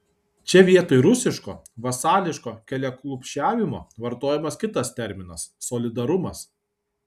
čia vietoj rusiško vasališko keliaklupsčiavimo vartojamas kitas terminas solidarumas